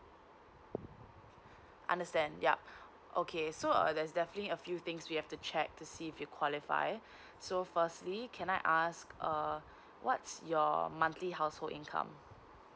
understand yup okay so uh there're definitely a few things we have to check to see if you qualify so firstly can I ask uh what's your monthly household income